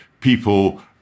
people